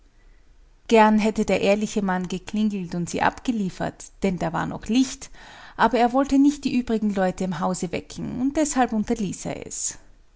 gern hätte der ehrliche mann geklingelt und sie abgeliefert denn da war noch licht aber er wollte nicht die übrigen leute im hause wecken und deshalb unterließ er es